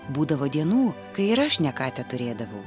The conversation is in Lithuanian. būdavo dienų kai ir aš ne ką teturėdavau